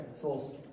false